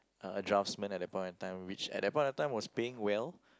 a draftsman at that point of time which at that point of time was paying well